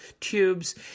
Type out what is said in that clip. tubes